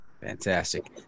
Fantastic